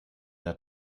der